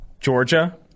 Georgia